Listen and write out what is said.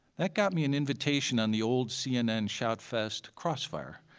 that got me an invitation on the old cnn shout-fest crossfire,